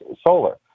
Solar